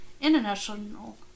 international